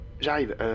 j'arrive